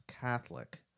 Catholic